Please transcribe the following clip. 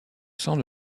sent